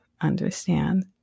understand